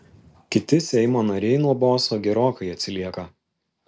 kiti seimo nariai nuo boso gerokai atsilieka